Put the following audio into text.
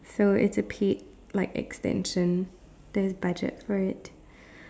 so it's a paid like extension there's budget for it